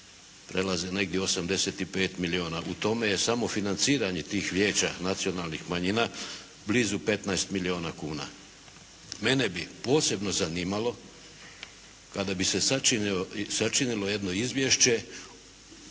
prelaze negdje 85 milijuna, u tome je samo financiranje tih Vijeća nacionalnih manjina blizu 15 milijuna kuna. Mene bi posebno zanimalo kada bi se sačinilo jedno izvješće